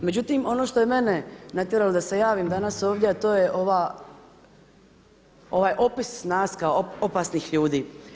Međutim, ono što je mene natjeralo da se javim danas ovdje a to je ovaj opis nas kao opasnih ljudi.